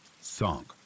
sunk